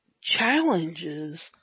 challenges